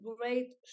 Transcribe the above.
great